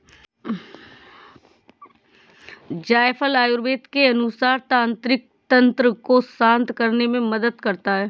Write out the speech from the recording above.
जायफल आयुर्वेद के अनुसार तंत्रिका तंत्र को शांत करने में मदद करता है